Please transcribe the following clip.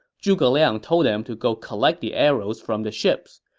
zhuge liang told them to go collect the arrows from the ships.